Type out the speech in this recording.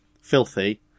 filthy